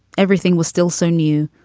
everything was still so new,